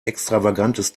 extravagantes